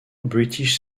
british